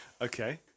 Okay